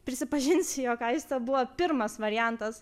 prisipažinsiu jog aistė buvo pirmas variantas